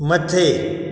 मथे